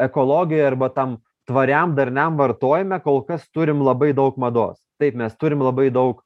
ekologija arba tam tvariam darniam vartojime kol kas turim labai daug mados taip mes turim labai daug